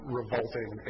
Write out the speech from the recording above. revolting